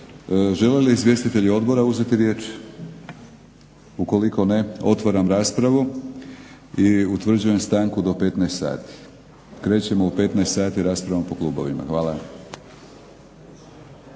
Žele li izvjestitelji odbora uzeti riječ? Ukoliko ne otvaram raspravu i utvrđujem stanku do 15,00 sati. Krećemo u 15,00 raspravom po klubovima. Hvala.